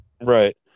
Right